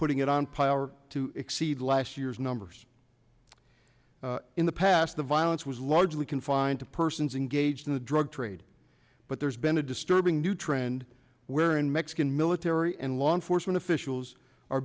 putting it on power to exceed last year's numbers in the past the violence was largely confined to persons engaged in the drug trade but there's been a disturbing new trend wherein mexican military and law enforcement officials are